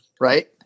right